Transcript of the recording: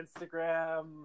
instagram